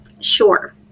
Sure